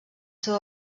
seu